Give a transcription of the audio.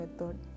method